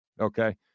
okay